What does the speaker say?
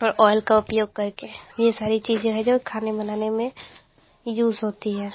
और ऑयल का उपयोग करके यह सारी चीज़ें हैं जो खाने बनाने में यूज़ होती है